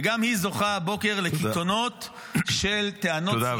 וגם היא זוכה הבוקר לקיתונות של טענות -- תודה רבה,